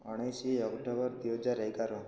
ଉଣେଇଶ ଅକ୍ଟୋବର ଦୁଇହଜାର ଏଗାର